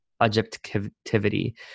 objectivity